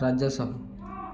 Rajesh